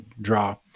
draw